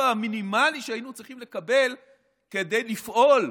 המינימלי שהיינו צריכים לקבל כדי לפעול,